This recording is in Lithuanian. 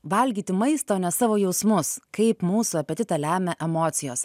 valgyti maistą o ne savo jausmus kaip mūsų apetitą lemia emocijos